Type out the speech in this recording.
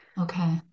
Okay